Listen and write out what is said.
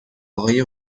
آقای